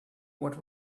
what